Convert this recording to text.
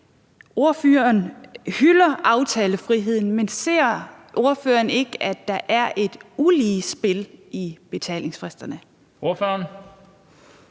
Ordføreren hylder aftalefriheden, men ser ordføreren ikke, at der er et ulige spil i betalingsfristerne? Kl.